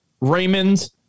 Raymond